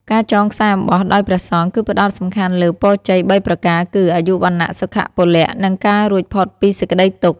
ការចងខ្សែរអំបោះដោយព្រះសង្ឃ គឺផ្ដោតសំខាន់លើ ពរជ័យបីប្រការគឺ អាយុ វណ្ណៈ សុខៈ ពលៈ និងការរួចផុតពីសេចក្ដីទុក្ខ។